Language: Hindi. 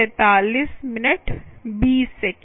ठीक